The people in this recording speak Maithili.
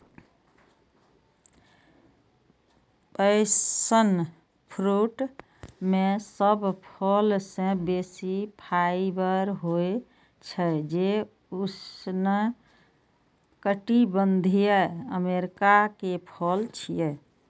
पैशन फ्रूट मे सब फल सं बेसी फाइबर होइ छै, जे उष्णकटिबंधीय अमेरिका के फल छियै